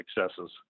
successes